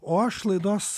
o aš laidos